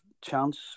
chance